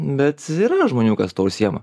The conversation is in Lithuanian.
bet yra žmonių kas tuo užsiema